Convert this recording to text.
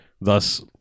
thus